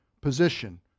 position